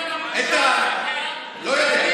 לא יודע.